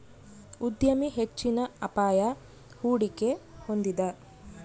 ಉದ್ಯಮಿ ಹೆಚ್ಚಿನ ಅಪಾಯ, ಹೂಡಿಕೆ ಹೊಂದಿದ